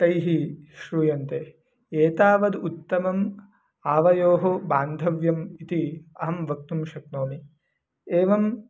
तैः श्रूयन्ते एतावत् उत्तमम् आवयोः बान्धव्यम् इति अहं वक्तुं शक्नोमि एवं